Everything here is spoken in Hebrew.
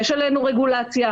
יש עלינו רגולציה.